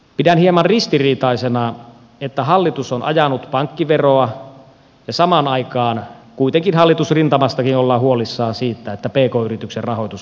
pidän hieman ristiriitaisena että hallitus on ajanut pankkiveroa ja kuitenkin samaan aikaan hallitusrintamassakin ollaan huolissaan siitä että pk yritysten rahoitus on kiristymässä